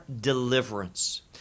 deliverance